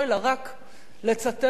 לצטט מתוך נאומיו.